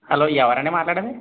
hello ఎవరండీ మాట్లాడేది